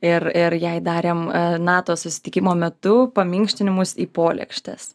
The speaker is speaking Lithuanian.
ir ir jai darėm nato susitikimo metu paminkštinimus į polėkštes